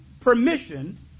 permission